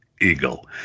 eagle